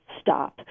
stop